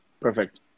Perfect